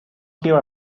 here